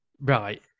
Right